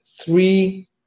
three